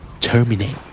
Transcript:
Terminate